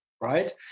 right